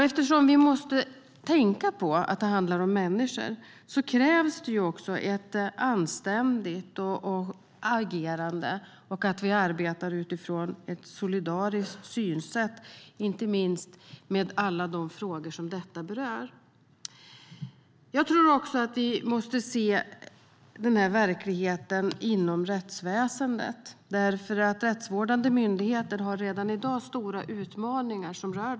Eftersom vi måste tänka på att det handlar om människor krävs det också ett anständigt agerande och att vi arbetar utifrån ett solidariskt synsätt, inte minst med alla de frågor som detta berör. Vi måste också se verkligheten inom rättsväsendet. Rättsvårdande myndigheter har redan i dag stora utmaningar med detta.